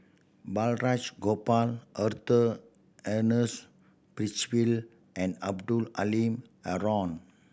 Balraj Gopal Arthur Ernest Percival and Abdul Halim Haron